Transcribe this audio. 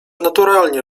naturalnie